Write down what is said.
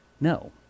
No